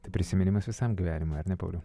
tai prisiminimas visam gyvenimui ar ne pauliau